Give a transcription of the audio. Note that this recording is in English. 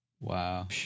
Wow